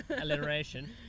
Alliteration